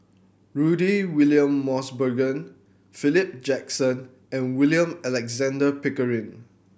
Rudy William Mosbergen Philip Jackson and William Alexander Pickering